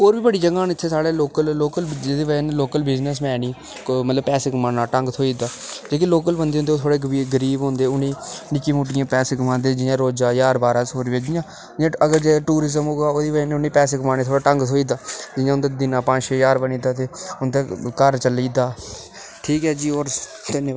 होर बी बड़ी जगह न साढ़ै इत्थै जेह्दी वजह् कन्नै लोकल बिज़नसमैन गी पैसे कमाने दा ढंग थ्होई जंदा क्यूंकि लोकल थोह्ड़े गरीब होंदे निक्के मुट्टे पैसे कमांदे रोजै दे हज़ार बाह्रां सौ अगर टूरिज़म होगा ओह्दी वजाह् कन्नै उन्नै गी पैसे कमाने दा थूह्ड़ा ड़ंग थोई जंदा जियां हुंदा दिनै दा पंज्ज छे हज़ार बनी जंदा हुंदा घर चली जंदा ठीक ऐ जी होर धन्यवाद